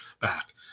back